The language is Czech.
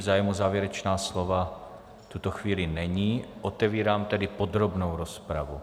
Zájem o závěrečná slova v tuto chvíli není, otevírám tedy podrobnou rozpravu.